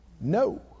No